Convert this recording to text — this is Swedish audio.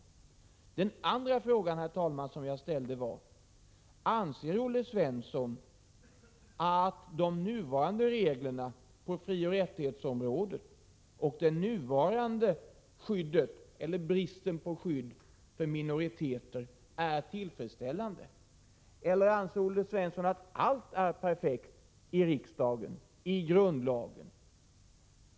Den andra frågan, herr talman, som jag ställde var: Anser Olle Svensson att de nuvarande reglerna på frioch rättighetsområdet och det nuvarande skyddet eller bristen på skydd för minoriteter är tillfredsställande, eller anser Olle Svensson att allt är perfekt i grundlagen?